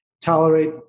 tolerate